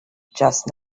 just